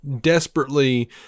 desperately